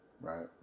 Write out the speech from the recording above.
right